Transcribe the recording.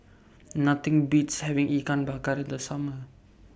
Nothing Beats having Ikan Bakar in The Summer